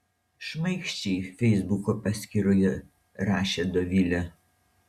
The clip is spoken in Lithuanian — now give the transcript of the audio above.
šmaikščiai feisbuko paskyroje rašė dovilė